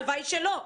הלוואי ולא,